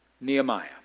Nehemiah